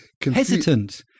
hesitant